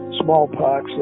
smallpox